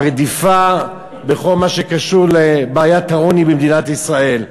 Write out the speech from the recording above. הרדיפה בכל מה שקשור לבעיית העוני במדינת ישראל,